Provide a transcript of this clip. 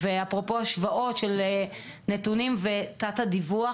ואפרופו השוואות של נתונים ותת-הדיווח,